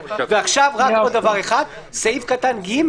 ועכשיו, רק עוד דבר אחד, סעיף קטן (ג),